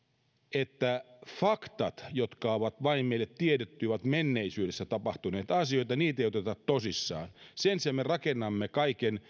että faktoja jotka ovat meille vain tiedettyjä menneisyydessä tapahtuneita asioita ei oteta tosissaan sen sijaan me rakennamme kaiken